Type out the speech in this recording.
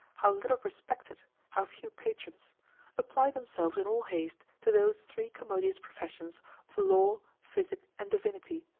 how little respected, how few patrons apply themselves in all haste to those three commodious professions of law, physic, and divinity,